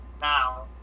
Now